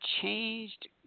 changed